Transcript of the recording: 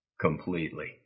completely